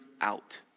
out